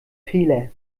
fehler